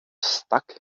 stuck